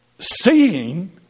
Seeing